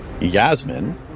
Yasmin